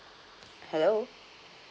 hello